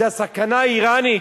שהסכנה האירנית,